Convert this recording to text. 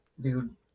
dude